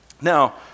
Now